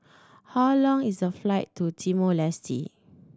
how long is the flight to Timor Leste